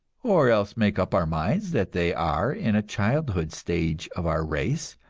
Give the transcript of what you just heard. or else make up our minds that they are in a childhood stage of our race,